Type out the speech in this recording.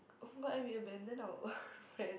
[oh]-my-god then we abandon our own friend